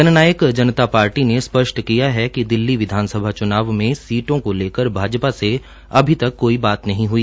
जन नायक जनता पार्टी ने स्पष्ट किया कि दिल्ली विधानसभा च्नाव में सीटों को लेकर भाजपा से अभी तक कोई बात नहीं हई